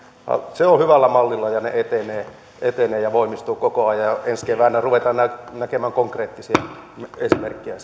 se on hyvällä mallilla ne etenevät ja voimistuvat koko ajan ensi keväänä ruvetaan näkemään konkreettisia esimerkkejä